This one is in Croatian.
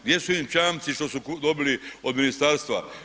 Gdje su im čamci što su dobili od ministarstva?